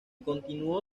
continuó